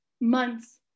months